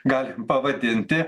galim pavadinti